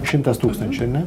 šimtas tūkstančių ar ne